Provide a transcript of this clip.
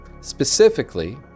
Specifically